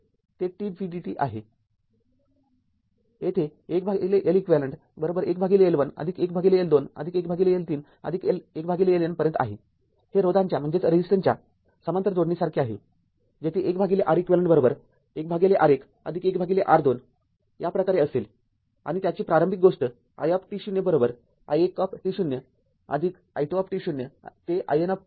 जेथे१ Leq १L१ आदिक १L२ आदिक १L३ आदिक १LN पर्यंत आहे हे रोधांच्या समांतर जोडणीसारखेच आहे जेथे १ Req १ R१आदिक १R२ याप्रकारे असेल आणि त्याची प्रारंभिक गोष्ट i i१t आदिक i२t ते iNt पर्यंत आहे